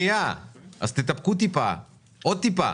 עוד טיפה,